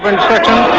and checking